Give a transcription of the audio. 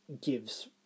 gives